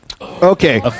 Okay